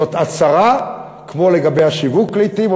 זאת הצהרה כמו לגבי השיווק לעתים,